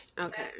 Okay